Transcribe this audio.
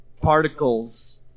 particles